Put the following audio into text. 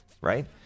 Right